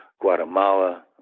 Guatemala